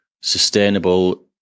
sustainable